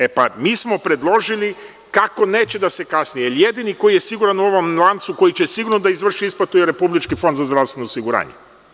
E, pa mi smo predložili kako neće da se kasni, jer jedini koji je siguran u ovom lancu koji će sigurno da izvrši isplatu je Republički fond za zdravstveno osiguranje.